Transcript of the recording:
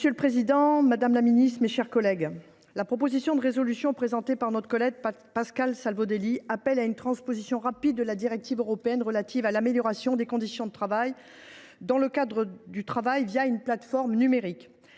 Monsieur le président, madame la ministre, mes chers collègues, la proposition de résolution présentée par notre collègue Pascal Savoldelli appelle à une transposition rapide de la directive européenne relative à l’amélioration des conditions de travail dans le cadre du travail une plateforme.